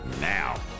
now